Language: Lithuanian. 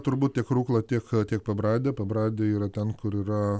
turbūt tiek rukla tiek tiek pabradė pabradė yra ten kur yra